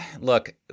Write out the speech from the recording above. look